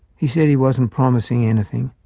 he said he wasn't promising anything,